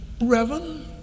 Reverend